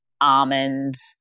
almonds